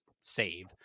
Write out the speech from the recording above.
save